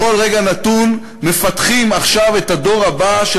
בכל רגע נתון מפתחים עכשיו את הדור הבא של